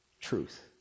truth